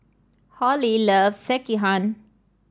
Holly loves Sekihan